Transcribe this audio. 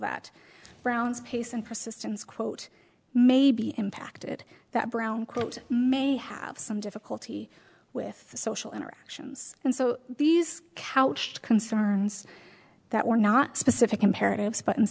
that brown's pace and persistence quote may be impacted that brown quote may have some difficulty with social interactions and so these couched concerns that were not specific imperatives but